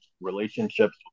relationships